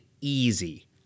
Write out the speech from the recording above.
easy